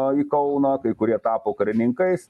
į kauną kai kurie tapo karininkais